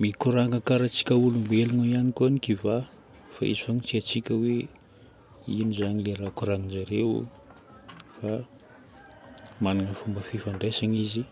Mikoragna karaha antsika olombelogno ihany koa ny kiva fa izy fôgna tsy haintsika hoe ino zagny ilay raha koragnin-jareo fa magnana fomba fifandraisany izy